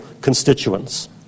constituents